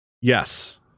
Yes